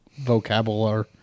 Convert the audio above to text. vocabulary